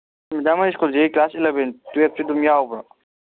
madam ꯍꯣꯏ ꯁ꯭ꯀꯨꯜꯁꯦ class eleven ꯇ꯭ꯋꯦꯜꯐꯁꯨ ꯑꯗꯨꯝ ꯌꯥꯎꯕ꯭ꯔꯣ